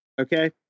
Okay